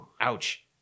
Ouch